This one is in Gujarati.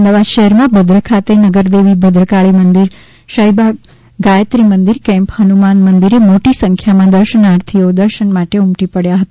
અમદાવાદ શહેરમાં ભદ્ર ખાતે નગરદેવી ભદ્રકાળી મંદિર શાહીબાદ ગાયત્રીમંદિર કેમ્પ ફનુમાન મંદિરે મોટી સંખ્યામાં દર્શનાર્થીઓ દર્શન માટે ઉમટી પડ્યા હતા